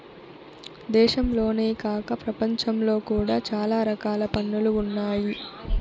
దేశంలోనే కాక ప్రపంచంలో కూడా చాలా రకాల పన్నులు ఉన్నాయి